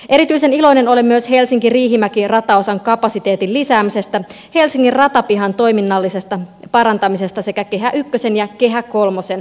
erityisen iloinen olen myös helsinkiriihimäki rataosan kapasiteetin lisäämisestä helsingin ratapihan toiminnallisesta parantamisesta sekä kehä ykkösen ja kehä kolmosen parantamisesta